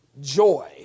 Joy